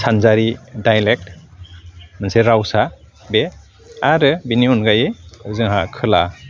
सानजारि dialect मोनसे रावसा बे आरो बिनि अनगायै जोंहा खोला